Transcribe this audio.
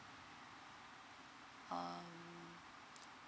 um